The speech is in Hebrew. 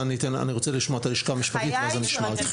אני רוצה לשמוע את הלשכה המשפטית ואז אני אשמע אתכם.